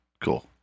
Cool